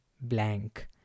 blank